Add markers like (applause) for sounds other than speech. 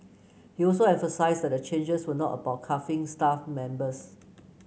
he also emphasised that the changes were not about (unintelligible) staff members